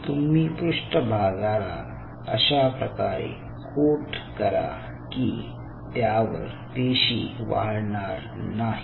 तुम्ही पृष्ठभागाला अशाप्रकारे कोट करा की त्यावर पेशी वाढणार नाहीत